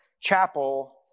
chapel